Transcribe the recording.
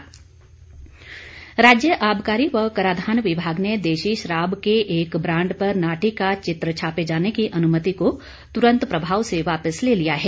नाटी विवाद राज्य आबकारी व कराधान विभाग ने देशी शराब के एक ब्रांड पर नाटी का चित्र छापे जाने की अनुमति को तुरन्त प्रभाव से वापस ले लिया है